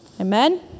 Amen